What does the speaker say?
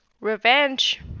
Revenge